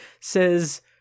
says